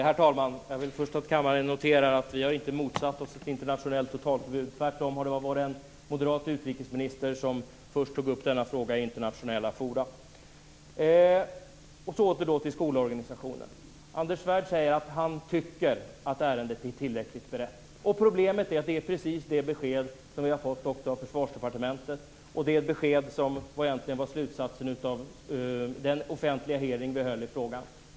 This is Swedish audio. Herr talman! Jag vill först att kammaren noterar att vi inte har motsatt oss ett internationellt totalförbud. Tvärtom var det en moderat utrikesminister som först tog upp denna fråga i internationella forum. Åter till skolorganisationen. Anders Svärd säger att han tycker att ärendet är tillräckligt berett. Problemet är att det är precis det besked som vi har fått också från Försvarsdepartementet. Det är ett besked som egentligen var slutsatsen av den offentliga hearing som vi höll i frågan.